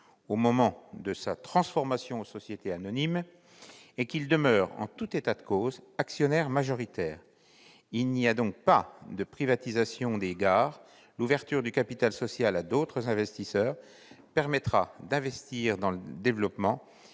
au moment de sa transformation en société anonyme et qu'il demeure en tout état de cause actionnaire majoritaire. Il n'y a donc pas de privatisation des gares. L'ouverture du capital social à d'autres investisseurs permettra d'investir dans le développement